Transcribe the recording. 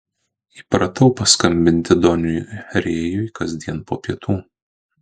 įpratau paskambinti doniui rėjui kasdien po pietų